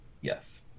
Yes